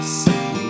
see